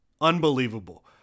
Unbelievable